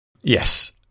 Yes